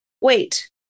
wait